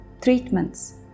treatments